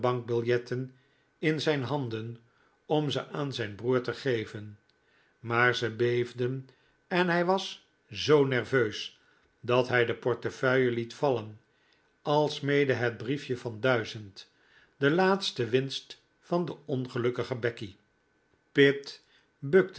bankbiljetten in zijn handen om ze aan zijn broer te geven maar ze beefden en hij was zoo nerveus dat hij de portefeuille liet vallen alsmede het briefje van duizend de laatste winst van de ongelukkige becky pitt bukte